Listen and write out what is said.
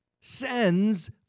sends